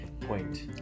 point